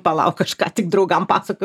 palauk aš ką tik draugam pasakojau